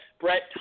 Brett